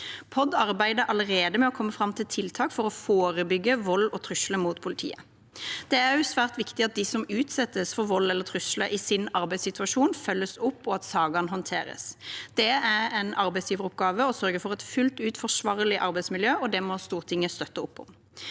arbeider allerede med å komme fram til tiltak for å forebygge vold og trusler mot politiet. Det er også svært viktig at de som utsettes for vold eller trusler i sin arbeidssituasjon, følges opp, og at sakene håndteres. Det er en arbeidsgiveroppgave å sørge for et fullt ut forsvarlig arbeidsmiljø, og det må Stortinget støtte opp om.